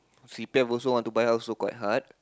C_P_F also want to buy also quite hard